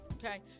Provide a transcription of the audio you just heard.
Okay